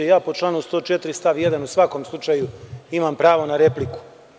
Po članu 104. stav 1. u svakom slučaju imam pravo na repliku.